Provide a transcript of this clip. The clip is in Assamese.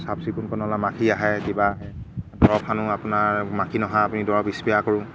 চাফ চিকুণ কণ নহ'লে মাখি আহে কিবা আহে দৰৱ সানো আপোনাৰ মাখি নহা আপুনি দৰৱ স্প্ৰে' কৰোঁ